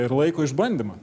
ir laiko išbandymą